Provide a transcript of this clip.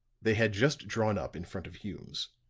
they had just drawn up in front of hume's,